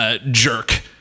Jerk